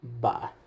Bye